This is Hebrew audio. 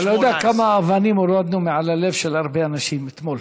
לא יודע כמה אבנים הורדנו מעל הלב של הרבה אנשים אתמול